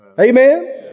Amen